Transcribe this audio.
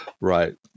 Right